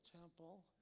temple